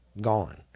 Gone